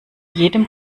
jedem